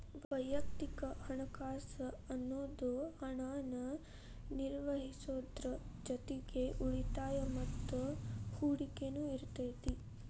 ವಯಕ್ತಿಕ ಹಣಕಾಸ್ ಅನ್ನುದು ಹಣನ ನಿರ್ವಹಿಸೋದ್ರ್ ಜೊತಿಗಿ ಉಳಿತಾಯ ಮತ್ತ ಹೂಡಕಿನು ಇರತೈತಿ